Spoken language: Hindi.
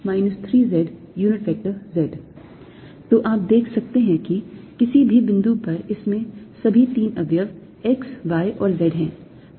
A2xx2yy 3zz तो आप देख सकते हैं कि किसी भी बिंदु पर इसमें सभी तीन अवयव x y और z हैं